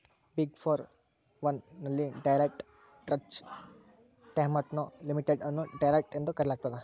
ಬಿಗ್ಡೆ four one ನಲ್ಲಿ Deloitte Touche Tohmatsu limited ಅನ್ನು Deloitte ಎಂದು ಕರೆಯಲಾಗ್ತದ